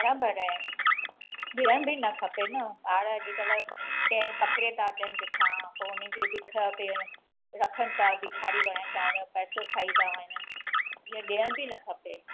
घणा भरणा आहिनि बीहणु बि न खपे न ॿार अॼुकल्ह पकिड़े था अचनि किथां पोइ उन्हनि खे बिख पिअण रखनि था बिख़ारी बणाए था उन्हनि जो पैसो खाई था वञनि इहो ॾियणु बि न खपे